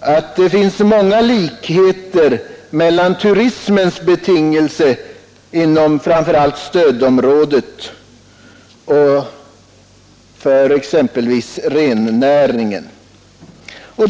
att det finns många likheter mellan turismens betingelser inom framför allt stödområdet och de betingelser som råder för exempelvis rennäringen.